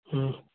ಹ್ಞೂ